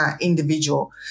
individual